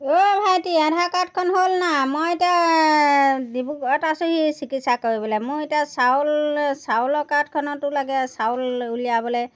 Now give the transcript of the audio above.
অ' ভাইটি আধাৰ কাৰ্ডখন হ'লনে নাই মই এতিয়া ডিব্ৰুগড়ত আছোঁহি চিকিৎসা কৰিবলৈ মোৰ এতিয়া চাউল চাউলৰ কাৰ্ডখনতো লাগে চাউল উলিয়াবলৈ